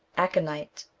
aconite,